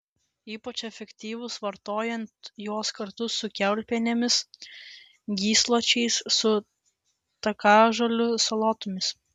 ypač efektyvūs vartojant juos kartu su kiaulpienėmis gysločiais su takažolių salotomis